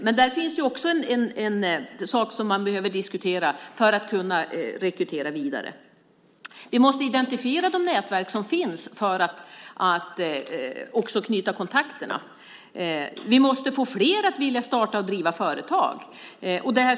Men där finns det också en sak som man behöver diskutera för att kunna rekrytera vidare. Vi måste identifiera de nätverk som finns för att också knyta kontakterna. Vi måste få fler att vilja starta och driva företag.